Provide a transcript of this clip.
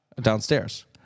downstairs